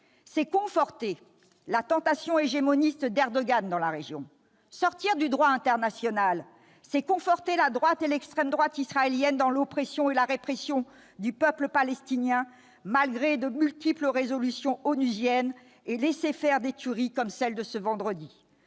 c'est conforter la tentation hégémoniste d'Erdogan dans la région. Sortir du droit international, c'est conforter la droite et l'extrême droite israéliennes dans l'oppression et la répression du peuple palestinien, malgré de multiples résolutions onusiennes, et laisser faire des tueries comme celle de ce vendredi.